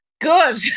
Good